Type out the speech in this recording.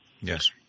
Yes